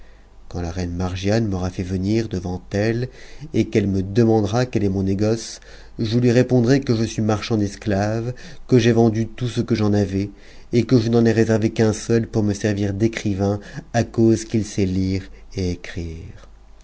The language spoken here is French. quand la reine margiane m'aura fait cnit devant elle et qu'elle me demandera quel est mon négoce je lui encadrai que je suis marchand d'esclaves que j'ai vendu tout ce que i avais et que je n'en ai réservé qu'un seul pour me servir d'écrivain cause qu'il sait lire et écrire